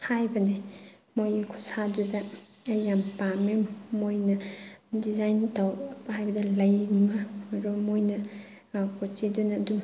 ꯍꯥꯏꯕꯅꯦ ꯃꯣꯏ ꯈꯨꯠꯁꯥꯗꯨꯗ ꯑꯩ ꯌꯥꯝ ꯄꯥꯝꯃꯦ ꯃꯣꯏꯅ ꯗꯤꯖꯥꯏꯟ ꯇꯧꯔꯛꯄ ꯍꯥꯏꯕꯗ ꯂꯩꯒꯨꯝꯕ ꯑꯗꯣ ꯃꯣꯏꯅ ꯀꯣꯆꯤꯗꯨꯅ ꯑꯗꯨꯝ